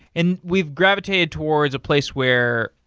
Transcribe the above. and we've gravitated towards a place where,